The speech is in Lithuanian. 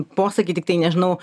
posakį tiktai nežinau